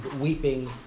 weeping